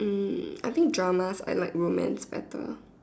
um I think dramas I like romance better